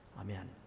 Amen